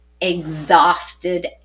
exhausted